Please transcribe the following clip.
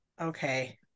Okay